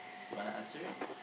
do you want to answer it